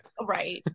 Right